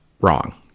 wrong